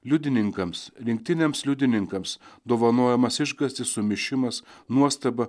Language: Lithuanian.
liudininkams rinktiniams liudininkams dovanojamas išgąstis sumišimas nuostaba